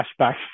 flashbacks